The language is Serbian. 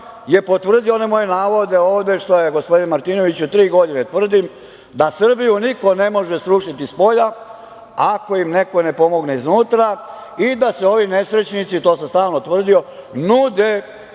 je potvrdio one moje navode ovde što ja gospodinu Martinoviću tri godine tvrdim, da Srbiju niko ne može srušiti spolja ako im neko ne pomogne iznutra i da se ovi nesrećnici, to sam stalno tvrdio, nude